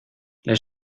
les